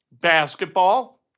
basketball